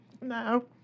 No